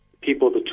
people